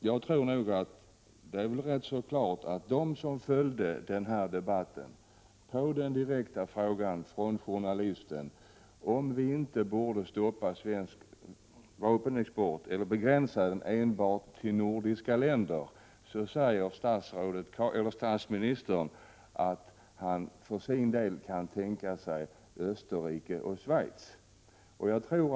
Jag tror nog att det är rätt klart att de som följde den här debatten uppfattade att, på den direkta frågan från journalisten om vi inte borde stoppa svensk vapenexport eller begränsa den till enbart nordiska länder, statsministern sade att han för sin del kunde tänka sig export till Österrike och Schweiz.